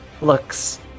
looks